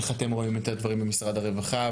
איך אתם רואים את הדברים במשרד הרווחה?